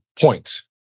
points